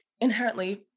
inherently